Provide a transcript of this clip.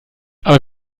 aber